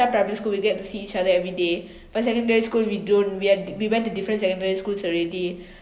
primary school we get to see each other everyday but secondary school we don't we are we went to different secondary schools already